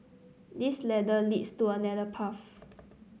this ladder leads to another path